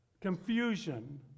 confusion